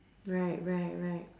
right right right